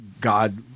God